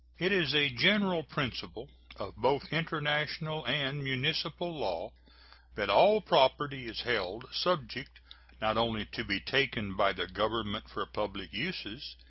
it is a general principle of both international and municipal law that all property is held subject not only to be taken by the government for public uses,